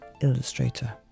illustrator